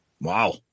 Wow